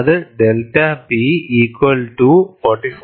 അത് delta P equal to 44